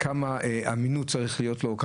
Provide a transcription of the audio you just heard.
כמה אמינות צריכה להיות לו מול האזרח,